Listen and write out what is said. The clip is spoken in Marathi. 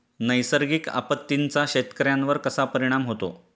नैसर्गिक आपत्तींचा शेतकऱ्यांवर कसा परिणाम होतो?